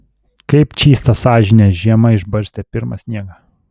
kaip čystą sąžinę žiema išbarstė pirmą sniegą